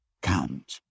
count